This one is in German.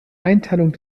einteilung